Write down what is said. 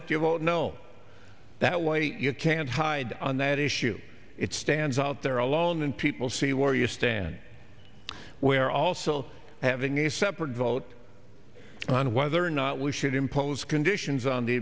vote no that way you can't hide on that issue it stands out there alone and people see where you stand where also having a separate vote on whether or not we should impose conditions on the